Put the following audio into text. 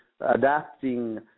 adapting